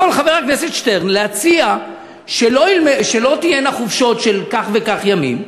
יכול חבר הכנסת שטרן להציע שלא תהיינה חופשות של כך וכך ימים.